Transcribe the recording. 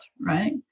right